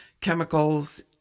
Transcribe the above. chemicals